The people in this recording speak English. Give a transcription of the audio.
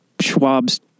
Schwab's